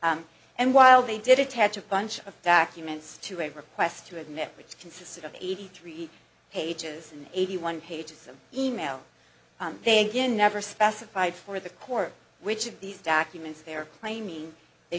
ok and while they did attach a bunch of documents to a request to admit which consisted of eighty three pages and eighty one pages of e mail they again never specified for the court which of these documents their claim they